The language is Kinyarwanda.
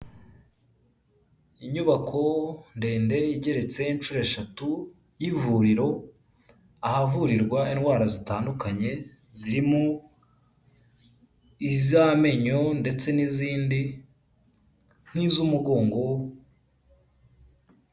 Inyubako ndende igeretse inshuro eshatu y'ivuriro ahavurirwa indwara zitandukanye zirimo iz'amenyo ndetse n'izindi nk'iz'umugongo.